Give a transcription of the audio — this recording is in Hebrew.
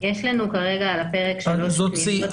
יש לנו כרגע על הפרק 3 פניות